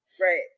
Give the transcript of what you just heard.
Right